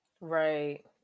Right